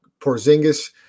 Porzingis